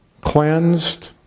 Cleansed